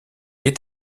est